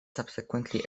subsequently